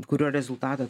kurio rezultatą